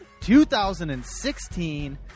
2016